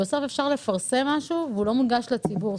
אפשר לפרסם משהו, והוא לא מונגש לציבור.